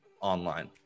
online